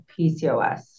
PCOS